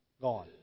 Gone